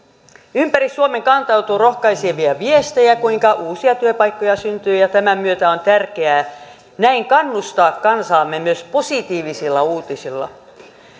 ympäri suomen kantautuu rohkaisevia viestejä kuinka uusia työpaikkoja syntyy ja ja tämän myötä on tärkeää näin kannustaa kansaamme myös positiivisilla uutisilla